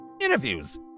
interviews